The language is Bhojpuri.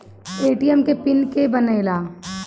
ए.टी.एम के पिन के के बनेला?